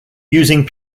using